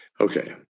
Okay